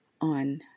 on